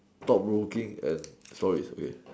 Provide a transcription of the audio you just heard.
stop working at sore is okay